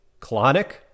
clonic